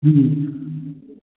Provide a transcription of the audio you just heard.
ꯎꯝ